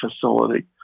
facility